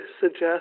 suggest